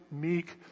meek